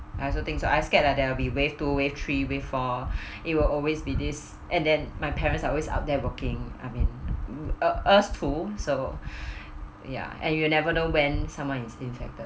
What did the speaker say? I also think so I scared lah there will be wave two wave three wave four it will always be this and then my parents are always out there working I mean we us too so ya and you never know when someone is infected